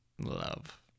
love